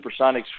supersonics